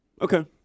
Okay